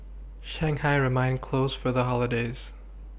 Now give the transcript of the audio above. Shanghai remained closed for the holidays